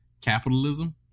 capitalism